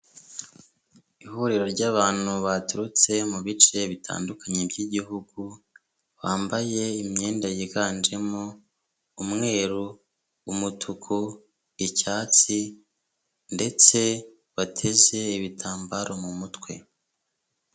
Ihuriro ry'abantu baturutse mu bice bitandukanye by'igihugu, bambaye imyenda yiganjemo umweru, umutuku, icyatsi ndetse bateze ibitambaro mu mutwe.